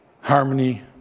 Harmony